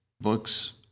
books